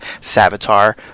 Savitar